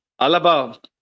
Alaba